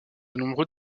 nombreux